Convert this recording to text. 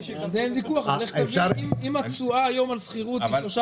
שגם --- אם התשואה היום על שכירות היא 3,